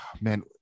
man